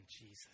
Jesus